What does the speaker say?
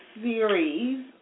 series